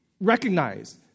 Recognize